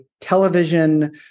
television